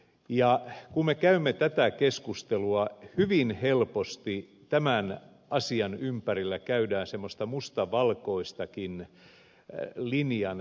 ja kun me käymme tätä keskustelua hyvin helposti tämän asian ympärillä käydään semmoista mustavalkoistakin linjanvetoa